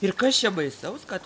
ir kas čia baisaus kad